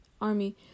army